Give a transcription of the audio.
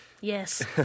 yes